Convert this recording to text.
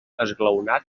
esglaonat